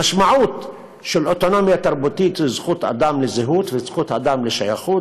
המשמעות של אוטונומיה תרבותית זה זכות אדם לזהות וזכות אדם לשייכות,